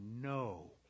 no